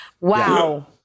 Wow